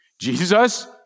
Jesus